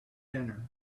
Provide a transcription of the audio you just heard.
dinner